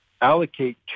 allocate